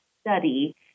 study